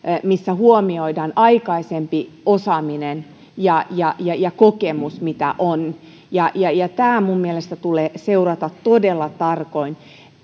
missä huomioidaan aikaisempi osaaminen ja ja se kokemus mitä on ja ja tätä minun mielestäni tulee seurata todella tarkoin